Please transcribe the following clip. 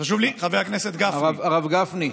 הרב גפני,